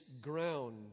ground